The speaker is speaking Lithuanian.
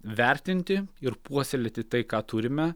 vertinti ir puoselėti tai ką turime